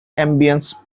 ambience